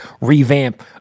revamp